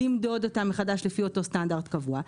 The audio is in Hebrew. למדוד אותם מחדש לפי אותו סטנדרט קבוע,